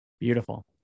Beautiful